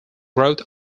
growth